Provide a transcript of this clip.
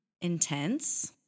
intense